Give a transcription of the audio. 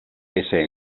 ese